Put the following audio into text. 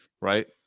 right